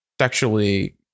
sexually